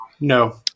No